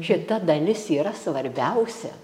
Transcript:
šita dalis yra svarbiausia